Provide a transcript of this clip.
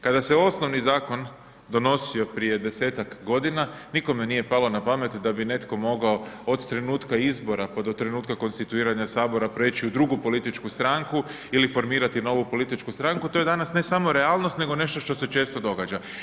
Kada se osnovni zakon donosio prije 10-tak godina, nikome nije palo na pamet, da bi netko mogao od trenutka izbora, pa do trenutka konstituiranja Sabora, preći u drugu političku stranku ili formirati novu političku stranku, to je danas ne samo realnost, nego nešto što se često događa.